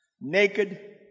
Naked